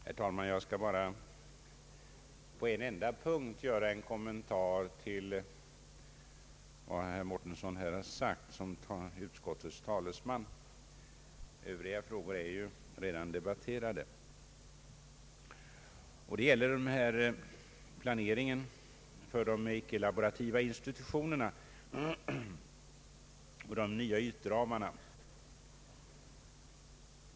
Herr talman! Jag skall bara på en enda punkt göra en kommentar med anledning av vad herr Mårtensson här anfört såsom utskottets talesman — Övriga frågor är ju redan debatterade. Det gäller här planeringen för de icke-laborativa institutionerna och de nya ytramarna.